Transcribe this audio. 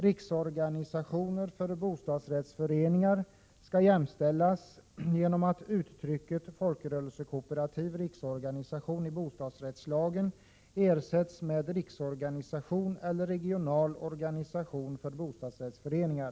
Riksorganisationer för bostadsrättsföreningar skall jämställas genom att uttrycket ”folkrörelsekooperativ riksorganisation” i bostadsrättslagen ersätts med ”riksorganisation eller regional organisation för bostadsrättsföreningar”.